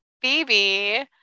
Phoebe